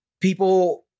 People